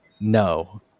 no